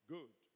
Good